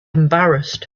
embarrassed